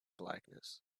blackness